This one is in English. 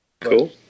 Cool